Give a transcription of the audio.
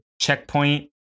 checkpoint